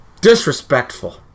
Disrespectful